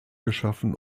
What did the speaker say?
geschaffen